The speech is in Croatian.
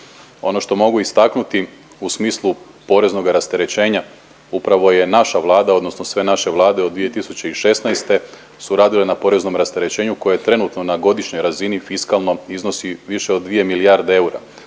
Ono što mogu istaknuti u smislu poreznoga rasterećenja, upravo je naša Vlada odnosno sve naše vlade od 2016. su radile na poreznom rasterećenju koje trenutno na godišnjoj razini fiskalno iznosi više od dvije milijarde eura.